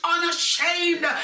unashamed